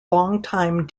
longtime